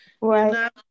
Right